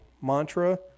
mantra